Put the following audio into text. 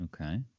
Okay